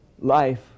life